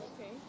Okay